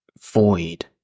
void